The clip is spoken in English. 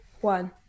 one